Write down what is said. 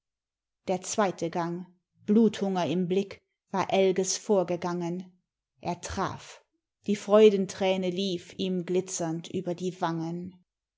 der zweite gang bluthunger im blick war elges vorgegangen er traf die freudenträne lief ihm glitzernd über die wangen